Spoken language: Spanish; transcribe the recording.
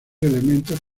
elementos